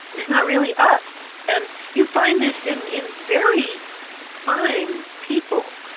is not really us. and you find this in in very fine people.